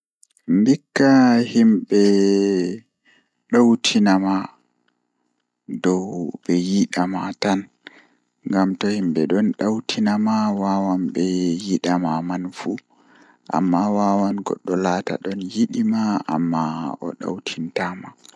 Ko ɗum no waawugol, kono neɗɗo waɗataa waɗde heɓde sooyɗi e waɗal ɓuri. Nde a waawi heɓde sooyɗi, ɗuum njogitaa goongɗi e jam e laaɓugol. Kono nde a heɓi njogordu e respect, ɗuum woodani waawugol ngir heɓde hakkilagol e njarɗi, njikataaɗo goongɗi. Nde e waɗi wattan, ko waɗa heɓde respet e ɓuri jooni,